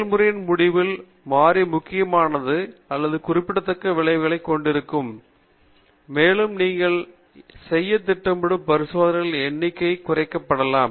செயல்முறையின் முடிவில் மாறி முக்கியமானது அல்லது குறிப்பிடத்தக்க விளைவைக் கொண்டிருக்கவில்லை என்றால் அது நிலையானதாக இருக்க வேண்டும் மேலும் நீங்கள் செய்யத் திட்டமிடும் பரிசோதனைகளின் எண்ணிக்கை குறைக்கப்படலாம்